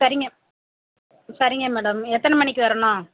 சரிங்க சரிங்க மேடம் எத்தனை மணிக்கு வரணும்